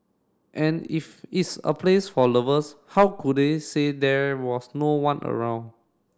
and if it's a place for lovers how could they say there was no one around